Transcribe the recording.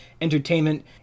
Entertainment